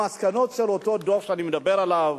שהמסקנות של אותו דוח שאני מדבר עליו,